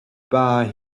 bar